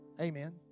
Amen